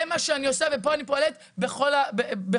זה מה שאני עושה ופה אני פועלת בכל הזירות.